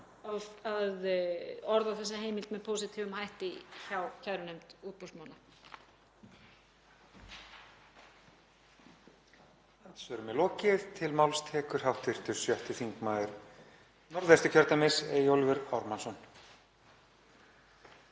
að orða þessa heimild með pósitífum hætti hjá kærunefnd útboðsmála.